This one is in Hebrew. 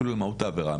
אפילו מהות העבירה,